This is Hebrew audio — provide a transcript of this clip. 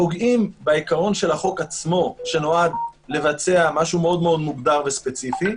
פוגעים בעיקרון של החוק עצמו שנועד לבצע משהו מאוד מוגדר וספציפי,